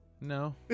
No